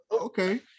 Okay